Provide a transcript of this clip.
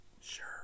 Sure